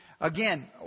again